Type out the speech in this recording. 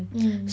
mm